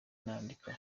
nandika